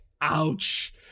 ouch